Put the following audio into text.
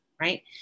right